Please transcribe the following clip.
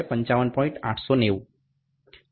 890 1